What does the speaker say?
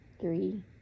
Three